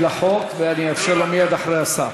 ואני אאפשר לו מייד אחרי השר.